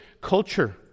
culture